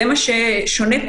זה מה ששונה פה